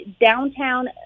Downtown